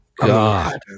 god